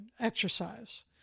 exercise